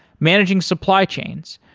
managing supply chains,